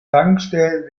tankstellen